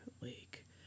Lake